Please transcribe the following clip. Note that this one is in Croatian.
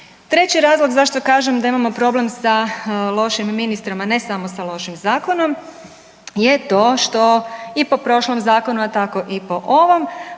Treći razlog zašto kažem da imamo problem sa lošim ministrom a ne samo sa lošim zakonom je to što i po prošlom zakonu, a tako i po ovom